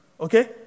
Okay